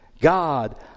God